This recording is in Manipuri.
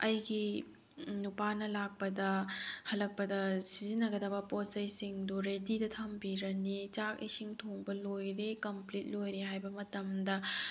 ꯑꯩꯒꯤ ꯅꯨꯄꯥꯅ ꯂꯥꯛꯄꯗ ꯍꯜꯂꯛꯄꯗ ꯁꯤꯖꯤꯟꯅꯒꯗꯕ ꯄꯣꯠ ꯆꯩꯁꯤꯡꯗꯨ ꯔꯦꯗꯤꯗ ꯊꯝꯕꯤꯔꯅꯤ ꯆꯥꯛ ꯏꯁꯤꯡ ꯊꯣꯡꯕ ꯂꯣꯏꯔꯦ ꯀꯝꯄ꯭ꯂꯤꯠ ꯂꯣꯏꯔꯦ ꯍꯥꯏꯕ ꯃꯇꯝꯗ